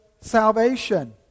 salvation